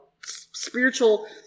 spiritual